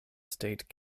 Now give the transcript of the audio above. state